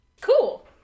Cool